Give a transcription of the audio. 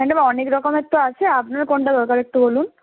madam অনেক রকমের তো আছে আপনার কোনটা দরকার একটু বলুন